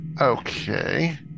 Okay